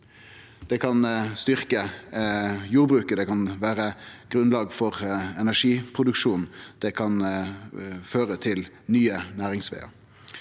Det kan styrkje jordbruket, det kan vere grunnlag for energiproduksjon, det kan føre til nye næringsvegar.